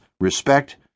respect